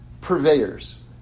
purveyors